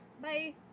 Bye